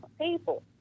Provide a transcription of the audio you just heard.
people